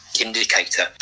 indicator